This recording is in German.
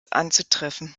anzutreffen